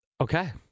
Okay